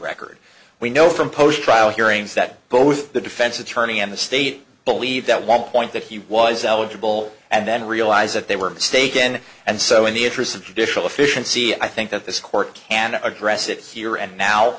record we know from post trial hearings that both the defense attorney and the state believe that one point that he was eligible and then realize that they were mistaken and so in the interests of judicial efficiency i think that this court can address it here and now